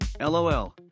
LOL